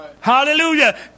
Hallelujah